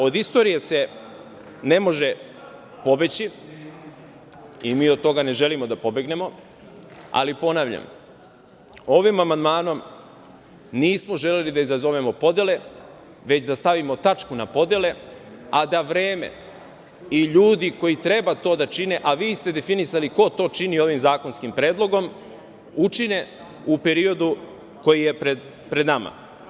Od istorije se ne može pobeći i mi od toga ne želimo da pobegnemo, ali ponavljam, ovim amandmanom nismo želeli da izazovemo podele, već da stavimo tačku na podele, a da vreme i ljudi koji treba to da čine, a vi ste definisali ko to čini ovim zakonskim predlogom, učine u periodu koji je pred nama.